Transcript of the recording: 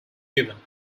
given